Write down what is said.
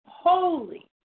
holy